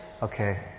Okay